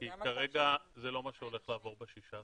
כי כרגע זה לא מה שהולך לעבור ב-16 באוגוסט.